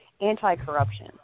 Anti-corruption